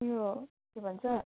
ऊ यो के भन्छ